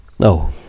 No